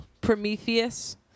Prometheus